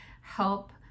help